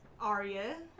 Aria